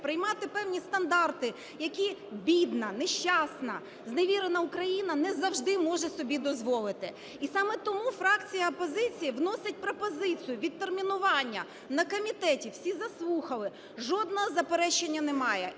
приймати певні стандарти, які бідна, нещасна, зневірена Україна не завжди може собі дозволити. І саме тому фракція опозиції вносить пропозицію відтермінування. На комітеті всі заслухали, жодного заперечення немає.